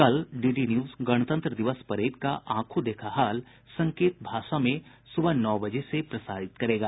आज DD news गणतंत्र दिवस परेड का आंखों देखा हाल संकेत भाषा में सुबह नौ बजे से प्रसारित करेगा